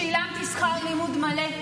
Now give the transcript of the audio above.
שילמתי שכר לימוד מלא.